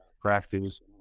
practice